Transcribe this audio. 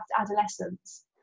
adolescence